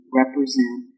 represent